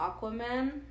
Aquaman